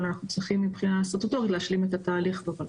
אבל אנחנו צריכים מבחינה סטטוטורית להשלים את התהליך.